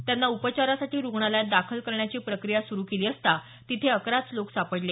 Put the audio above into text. त्यांना उपचारासाठी रूग्णालयात दाखल करण्याची प्रक्रिया सुरू केली असता तिथे अकराच लोक सापडले